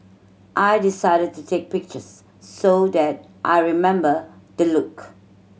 I decided to take pictures so that I remember the look